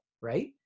Right